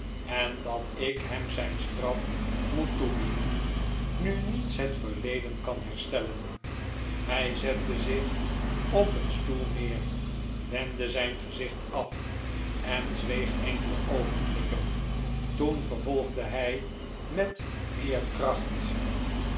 en dat ik hem zijn straf moet toedienen nu niets het verleden kan herstellen hij zette zich op een stoel neer wendde zijn gezicht af en zweeg enkele oogenblikken toen vervolgde hij met meer kracht